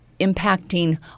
impacting